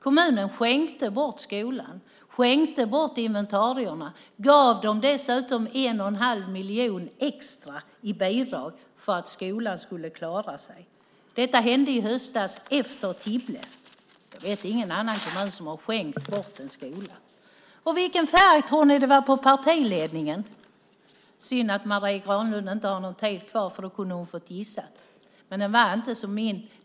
Kommunen skänkte bort skolan och inventarierna och gav dessutom 1 1⁄2 miljon extra i bidrag för att skolan skulle klara sig. Detta hände i höstas efter Tibble. Jag vet ingen annan kommun som har skänkt bort en skola. Vilken färg tror ni att det var på partiledningen? Det är synd att Marie Granlund inte har någon tid kvar, för då kunde hon ha fått gissa. Men den var inte som min.